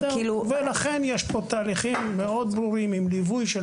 לכן יש פה תהליכים מאוד ברורים עם ליווי של